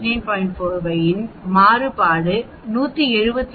45 இன் மாறுபாடு 178